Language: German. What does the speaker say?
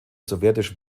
sowjetischen